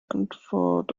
antwort